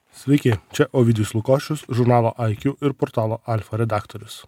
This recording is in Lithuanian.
sveiki čia ovidijus lukošius žurnalo iq ir portalo alfa redaktorius